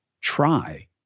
Try